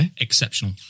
exceptional